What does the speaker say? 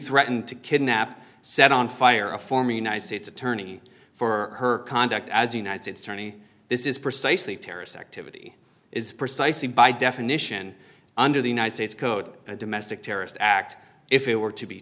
threaten to kidnap set on fire a former united states attorney for her conduct as united states attorney this is precisely terrorist activity is precisely by definition under the united states code a domestic terrorist act if it were to be